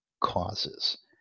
causes